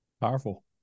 Powerful